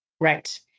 Right